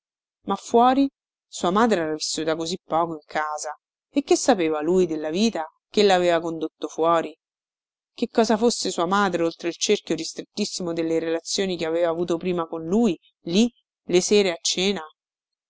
ma fuori sua madre era vissuta così poco in casa e che sapeva lui della vita chella aveva condotto fuori che cosa fosse sua madre oltre il cerchio ristrettissimo delle relazioni che aveva avuto prima con lui lì le sere a cena